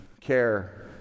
care